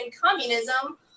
communism